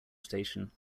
station